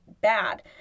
bad